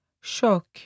shock